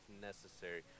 necessary